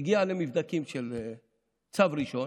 הגיע למבדקים של צו ראשון,